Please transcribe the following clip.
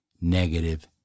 negative